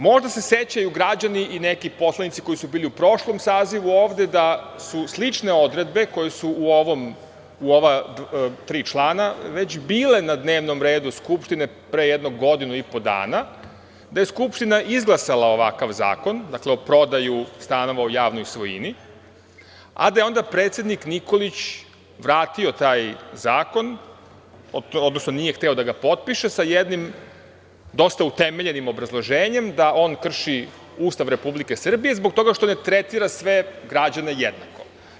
Možda se sećaju građani i neki poslanici koji su bili u prošlom sazivu ovde da su slične odredbe koje su u ova tri člana već bile na dnevnom redu Skupštine pre jedno godinu i po dana, da je Skupština izglasala ovakav zakon, dakle prodaju stanova u javnoj svojini, a da je onda predsednik Nikolić vratio taj zakon, odnosno nije hteo da ga potpiše sa jednim dosta utemeljenim obrazloženjem da on krši Ustav Republike Srbije zbog toga što ne tretira sve građane jednako.